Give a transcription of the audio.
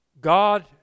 God